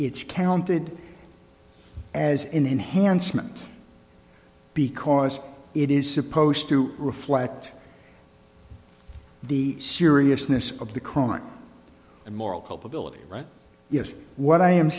it's counted as in enhancement because it is supposed to reflect the seriousness of the crime and moral culpability right yes what i am